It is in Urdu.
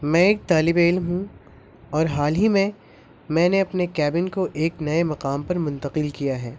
میں ایک طالب علم ہوں اور حال ہی میں میں نے اپنے کیبن کو ایک نئے مقام پر منتقل کیا ہے